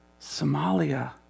Somalia